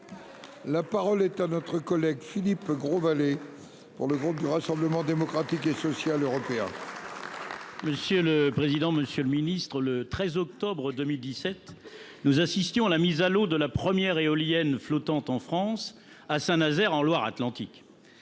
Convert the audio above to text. La parole est à M. Philippe Grosvalet, pour le groupe du Rassemblement Démocratique et Social Européen. Monsieur le secrétaire d’État chargé de la mer, le 13 octobre 2017, nous assistions à la mise à l’eau de la première éolienne flottante en France, à Saint Nazaire, en Loire Atlantique.